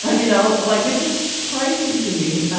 but you know, like which is crazy to me.